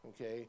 okay